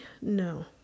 no